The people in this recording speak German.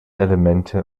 elemente